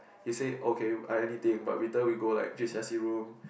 he said okay I anything but Wei-De will go like V_I_C room